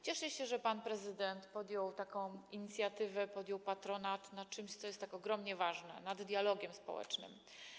Cieszę się, że pan prezydent podjął taką inicjatywę, objął patronat nad czymś, co jest tak ogromnie ważne - nad dialogiem społecznym.